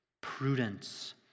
prudence